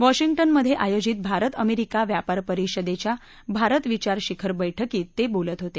Washington मधे आयोजित भारत अमेरिका व्यापार परिषदेच्या भारत विचार शिखर बैठकीत ते काल बोलत होते